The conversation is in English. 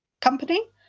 company